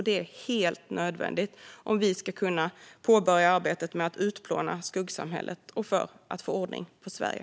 Det är helt nödvändigt om vi ska kunna påbörja arbetet med att utplåna skuggsamhället, och för att få ordning på Sverige.